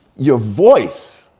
your voice,